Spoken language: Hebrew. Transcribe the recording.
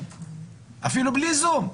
אפילו בלי זום.